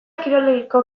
kiroldegiko